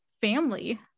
family